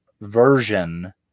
version